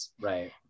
Right